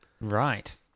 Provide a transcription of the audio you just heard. Right